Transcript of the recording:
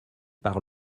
par